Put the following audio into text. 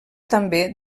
també